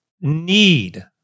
need